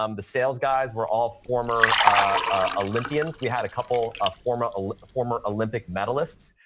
um the sales guys were all former ah olympians. we had a couple ah former ah former olympic medalists.